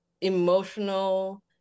emotional